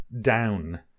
Down